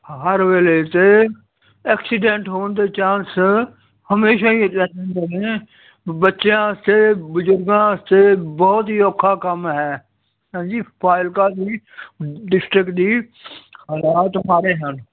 ਹਰ ਵੇਲੇ ਅਤੇ ਐਕਸੀਡੈਂਟ ਹੋਣ ਦੇ ਚਾਂਸ ਹਮੇਸ਼ਾ ਹੀ ਬੱਚਿਆਂ ਅਤੇ ਬਜ਼ੁਰਗਾਂ ਵਾਸਤੇ ਬਹੁਤ ਹੀ ਔਖਾ ਕੰਮ ਹੈ ਜੀ ਫਾਜ਼ਿਲਕਾ ਜੀ ਡਿਸਟਰਿਕਟ ਦੀ ਹਾਲਾਤ ਮਾੜੇ ਹਨ